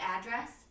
address